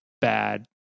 bad